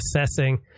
assessing